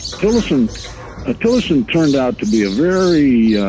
tillerson ah tillerson turned out to be a very,